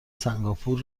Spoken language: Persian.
سنگاپور